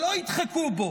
שלא ידחקו בו,